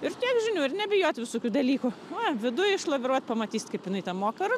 ir tiek žinių ir nebijot visokių dalykų o viduj išlaviruot pamatysit kaip jinai ten moka ir